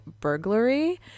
burglary